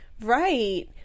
right